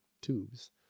tubes